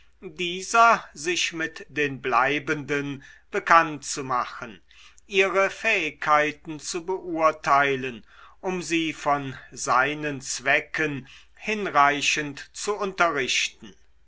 dieser sich mit den bleibenden bekannt zu machen ihre fähigkeiten zu beurteilen um sie von seinen zwecken hinreichend zu unterrichten